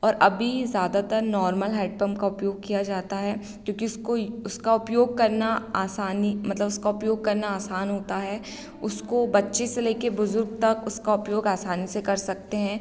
और अभी ज़्यादातर नॉर्मल हैडपंप का उपयोग किया जाता है क्योंकि उसको उसका उपयोग करना आसानी मतलब उसका उपयोग करना आसान होता है उसको बच्चे से लेकर बुज़ुर्ग तक उसका उपयोग आसानी से कर सकते हैं